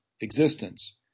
existence